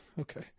Okay